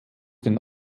den